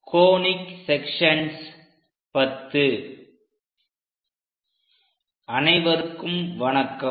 conic sections X அனைவருக்கும் வணக்கம்